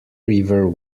river